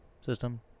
system